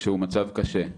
שהוא מצב קשה.